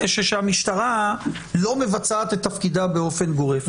שהמשטרה לא מבצעת את תפקידה באופן גורף,